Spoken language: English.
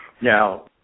Now